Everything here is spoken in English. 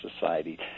society